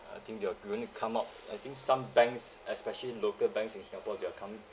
I think they're going to come up I think some banks especially local banks in singapore they're coming